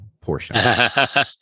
portion